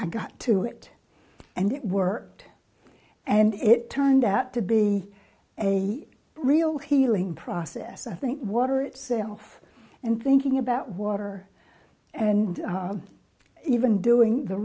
i got to it and it worked and it turned out to be a real healing process i think water itself and thinking about water and even doing the